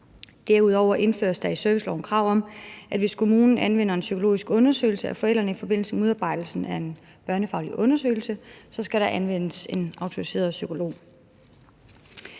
Derudover indføres der i serviceloven et krav om, at der, hvis kommunen anvender en psykologisk undersøgelse af forældrene i forbindelse med udarbejdelsen af en børnefaglig undersøgelse, skal anvendes en autoriseret psykolog.